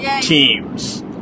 teams